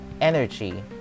energy